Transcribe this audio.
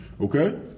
Okay